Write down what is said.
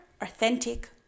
authentic